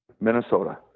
Minnesota